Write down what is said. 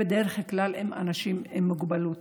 בדרך כלל זה לאנשים עם מוגבלות.